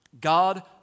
God